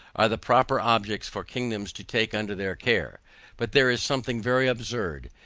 are the proper objects for kingdoms to take under their care but there is something very absurd,